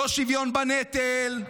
לא שוויון בנטל,